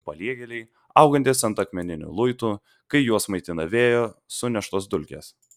paliegėliai augantys ant akmeninių luitų kai juos maitina vėjo suneštos dulkės